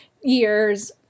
years